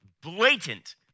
blatant